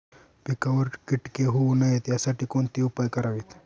पिकावर किटके होऊ नयेत यासाठी कोणते उपाय करावेत?